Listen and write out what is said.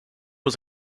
was